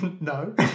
No